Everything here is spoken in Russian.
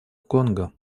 конго